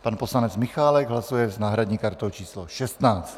Pan poslanec Michálek hlasuje s náhradní kartou číslo 16.